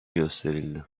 gösterildi